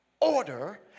order